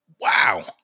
Wow